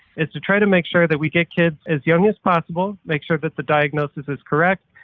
is to try to make sure that we get kids as young as possible, make sure that the diagnosis is correct,